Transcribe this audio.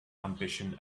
ambition